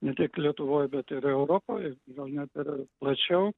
ne tik lietuvoj bet ir europoj gal net ir plačiau